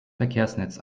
verkehrsnetz